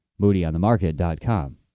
MoodyOnTheMarket.com